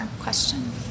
question